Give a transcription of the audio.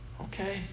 okay